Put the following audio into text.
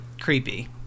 creepy